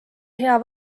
hea